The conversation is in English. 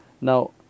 Now